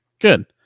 good